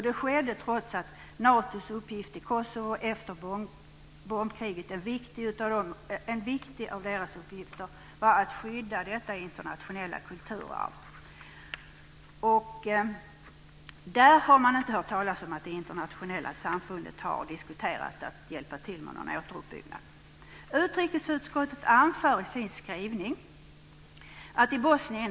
Det skedde trots att en av Natos viktiga uppgifter i Kosovo efter bombkriget var att skydda detta internationella kulturarv. Där har man inte hört talas om att det internationella samfundet har diskuterat att hjälpa till med någon återuppbyggnad.